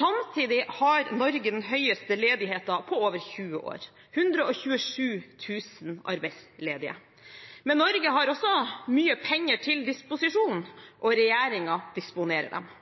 Samtidig har Norge den høyeste ledigheten på over 20 år – 127 000 arbeidsledige. Men Norge har også mye penger til disposisjon, og regjeringen disponerer dem